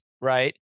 right